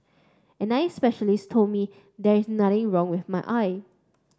an eye specialist told me there is nothing wrong with my eye